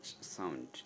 sound